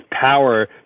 power